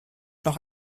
noch